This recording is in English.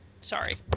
Sorry